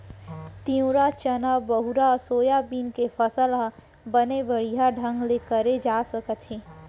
तिंवरा, चना, बहुरा, सोयाबीन के फसल ह बने बड़िहा ढंग ले करे जा सकत हे